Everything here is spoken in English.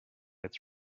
its